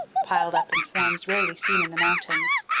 piled up in forms rarely seen in the mountains.